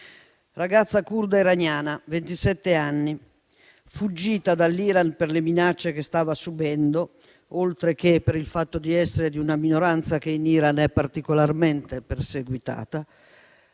ragazza curda iraniana di ventisette anni: fuggita dall'Iran per le minacce che stava subendo, oltre che per il fatto di essere di una minoranza che in Iran è particolarmente perseguitata,